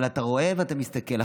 אבל אתה רואה ואתה מסתכל.